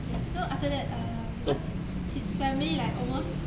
ya so after that uh because his family like almost